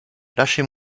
lâchez